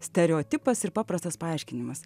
stereotipas ir paprastas paaiškinimas